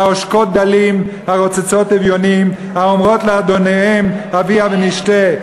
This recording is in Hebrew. העשקות דלים הרצצות אביונים האמרת לאדניהם הביאה ונשתה".